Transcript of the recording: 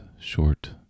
short